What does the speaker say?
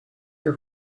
your